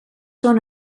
són